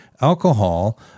alcohol